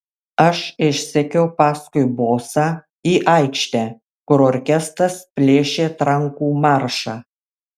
aš išsekiau paskui bosą į aikštę kur orkestras plėšė trankų maršą